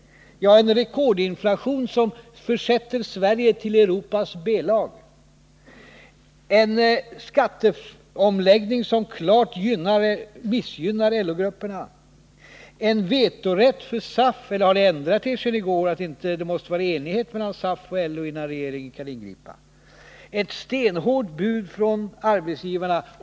Jo, en rekordinflation som för in Sverige i Europas B-lag, en skatteomläggning som klart missgynnar LO-grupperna och en vetorätt för SAF-eller har ni ändrat er sedan i går, då ni framhöll att det måste föreligga enighet mellan SAF och LO innan regeringen kan ingripa? Det har vidare framlagts ett stenhårt bud från arbetsgivarna.